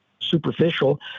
superficial